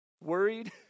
Worried